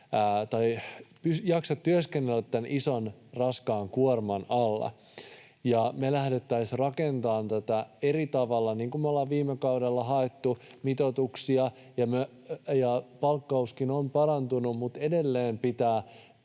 jaksa työskennellä tämän ison, raskaan kuorman alla. Me lähdettäisiin rakentamaan tätä eri tavalla, niin kuin me ollaan viime kaudella haettu mitoituksia, ja palkkauskin on parantunut, mutta edelleen pitää